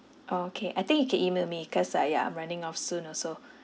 okay I think you can email me because I um running off soon also